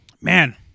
Man